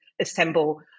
assemble